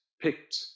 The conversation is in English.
picked